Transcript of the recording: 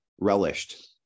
relished